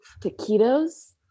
taquitos